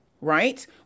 right